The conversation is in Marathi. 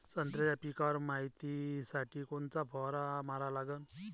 संत्र्याच्या पिकावर मायतीसाठी कोनचा फवारा मारा लागन?